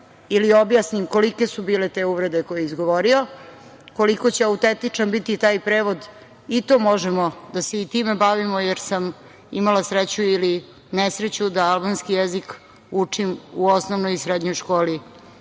i objasnim kolike su bile te uvrede koje je izgovorio. Koliko će biti autentičan taj prevod, možemo i time da se bavimo jer sam imala sreću ili nesreću da albanski jezik učim u osnovnoj i srednjoj školi